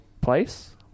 place